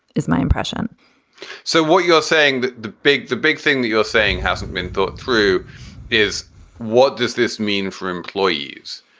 is my impression so what you're saying the the big the big thing that you're saying hasn't been thought through is what does this mean for employees?